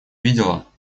видела